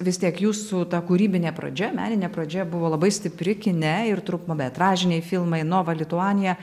vis tiek jūsų ta kūrybinė pradžia meninė pradžia buvo labai stipri kine ir trumpametražiniai filmai nova lituania